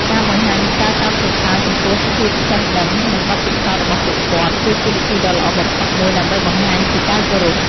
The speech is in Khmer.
ការបង្ហាញការកោតសរសើរចំពោះភាពចេះដឹង និងបទពិសោធន៍របស់ពួកគាត់ គឺជាវិធីដ៏ល្អបំផុតមួយដើម្បីបង្ហាញពីការគោរព។